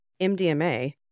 MDMA